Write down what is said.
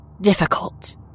Difficult